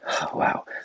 Wow